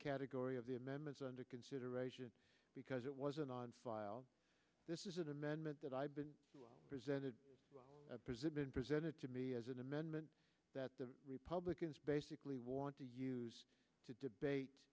category of the amendments under consideration because it wasn't on file this is an amendment that i've been presented president presented to me as an amendment that the republicans basically want to use to debate